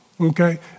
Okay